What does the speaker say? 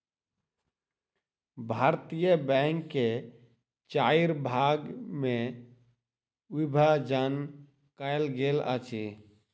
भारतीय बैंक के चाइर भाग मे विभाजन कयल गेल अछि